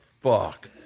fuck